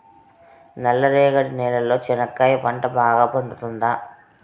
నల్ల రేగడి నేలలో చెనక్కాయ పంట బాగా పండుతుందా?